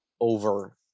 over